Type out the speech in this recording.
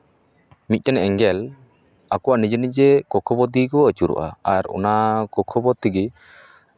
ᱢᱤᱫᱴᱮᱱ ᱮᱸᱜᱮᱞ ᱟᱠᱚᱣᱟᱜ ᱱᱤᱡᱮ ᱱᱤᱡᱮ ᱠᱚᱠᱠᱷᱚ ᱯᱚᱛᱷ ᱫᱤᱭᱮ ᱠᱚ ᱟᱹᱪᱩᱨᱚᱜᱼᱟ ᱟᱨ ᱚᱱᱟ ᱠᱚᱠᱠᱷᱚ ᱯᱚᱛᱷ ᱛᱮᱜᱮ